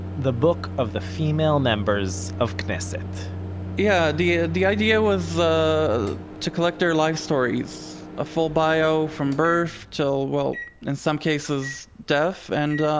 the book of the female members of knesset yeah, the ah the idea was ah to collect their life stories, a full bio, from birth till well, in some cases, death, and